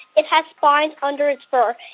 it has spines under its but